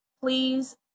please